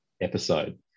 episode